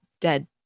dead